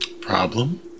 Problem